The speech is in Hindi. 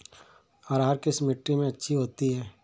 अरहर किस मिट्टी में अच्छी होती है?